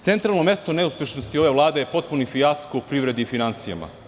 Centralno mesto neuspešnosti ove vlade je potpuni fijasko u privredi i finansijama.